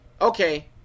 okay